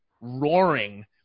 roaring